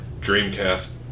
Dreamcast